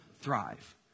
thrive